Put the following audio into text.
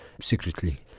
Secretly